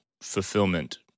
fulfillment